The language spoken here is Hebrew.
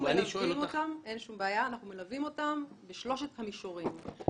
אנחנו מלווים אותם בשלושת המישורים: